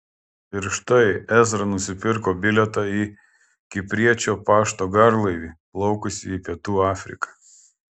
ir štai ezra nusipirko bilietą į kipriečio pašto garlaivį plaukusį į pietų afriką